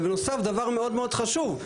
בנוסף דבר מאוד חשוב,